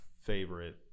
favorite